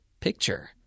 Picture